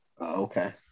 Okay